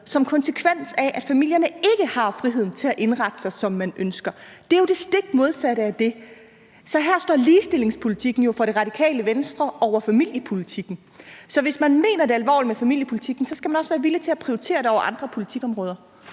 som konsekvens af, at familierne ikke har friheden til at indrette sig, som de ønsker. Det er jo det stik modsatte. Så her står ligestillingspolitikken jo for Radikale Venstre over familiepolitikken. Så hvis man mener det alvorligt med familiepolitikken, skal man også være villig til at prioritere det over andre politikområder.